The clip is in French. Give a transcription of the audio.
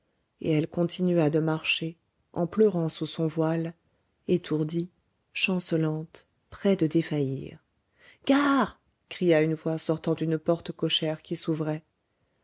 et elle continua de marcher en pleurant sous son voile étourdie chancelante près de défaillir gare cria une voix sortant d'une porte cochère qui s'ouvrait